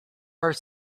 are